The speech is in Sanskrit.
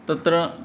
तत्र